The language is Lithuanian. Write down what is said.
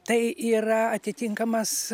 tai yra atitinkamas